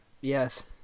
Yes